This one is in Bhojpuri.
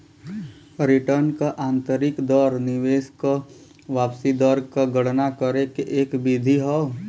रिटर्न क आंतरिक दर निवेश क वापसी क दर क गणना करे के एक विधि हौ